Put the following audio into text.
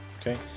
Okay